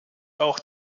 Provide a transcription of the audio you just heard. auch